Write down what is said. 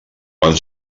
van